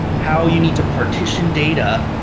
how you need to partition data,